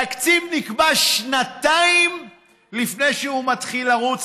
התקציב נקבע שנתיים לפני שהוא מתחיל לרוץ,